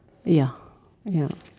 ya ya